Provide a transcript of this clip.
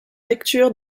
lecture